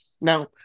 Now